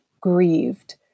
grieved